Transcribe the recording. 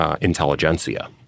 intelligentsia